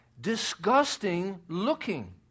disgusting-looking